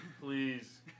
Please